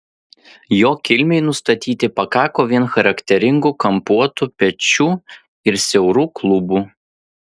jo kilmei nustatyti pakako vien charakteringų kampuotų pečių ir siaurų klubų